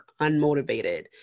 unmotivated